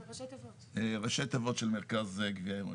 ראשי תיבות של מרכז גבייה עירוני.